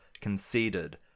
conceded